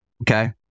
okay